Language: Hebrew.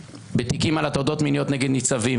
בתיקים על הטרדות מיניות נגד ניצבים,